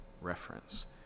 reference